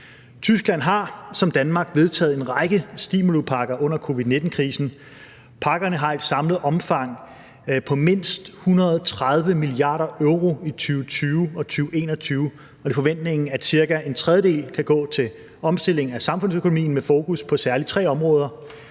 Tyskland har som Danmark vedtaget en række stimulipakker under covid-19-krisen. Pakkerne har et samlet omfang på mindst 130 mia. euro i 2020 og 2021, og det er forventningen, at cirka en tredjedel skal gå til omstilling af samfundsøkonomien med fokus på særlig tre områder: